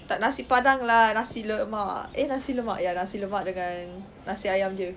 tak nasi padang lah nasi lemak eh nasi lemak ya nasi lemak dengan nasi ayam dia